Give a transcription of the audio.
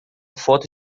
foto